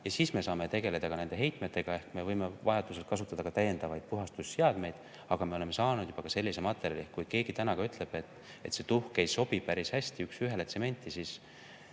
ja siis me saame tegeleda ka nende heitmetega. Ehk me võime vajaduse korral kasutada ka täiendavaid puhastusseadmeid, aga me oleme saanud juba sellise materjali. Kui keegi ütleb, et see tuhk ei sobi päris hästi, üks ühele tsementi,